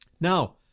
Now